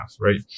right